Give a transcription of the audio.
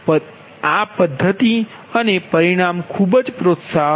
પદ્ધતિ અને પરિણામ ખૂબ પ્રોત્સાહક છે